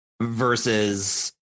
versus